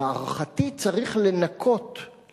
להערכתי צריך לנכות,